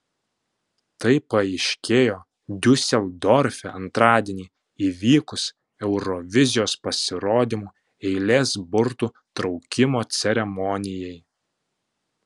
tai paaiškėjo diuseldorfe antradienį įvykus eurovizijos pasirodymų eilės burtų traukimo ceremonijai